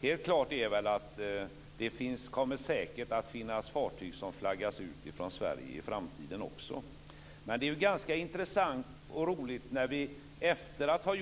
Det kommer säkert att också i framtiden finnas fartyg som flaggas ut från Det är intressant att efter att ha